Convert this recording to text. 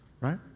right